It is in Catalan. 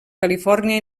califòrnia